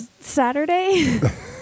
Saturday